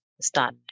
start